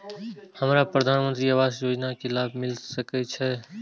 हमरा प्रधानमंत्री आवास योजना के लाभ मिल सके छे?